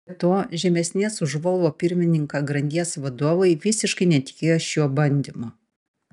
be to žemesnės už volvo pirmininką grandies vadovai visiškai netikėjo šiuo bandymu